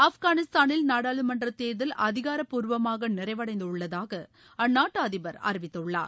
ஆஃப்கனிஸ்தானில் நாடாளுமன்றத் தேர்தல் அதிகாரப்பூர்வமாக நிறைவடைந்துள்ளதாக அந்நாட்டு அதிபர் அறிவித்துள்ளார்